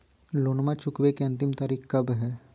लोनमा चुकबे के अंतिम तारीख कब हय?